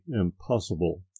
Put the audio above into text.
impossible